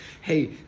Hey